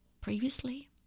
previously